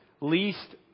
least